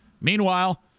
Meanwhile